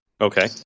Okay